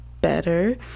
better